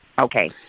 Okay